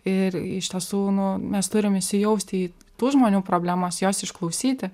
ir iš tiesų nu mes turim įsijausti į tų žmonių problemas juos išklausyti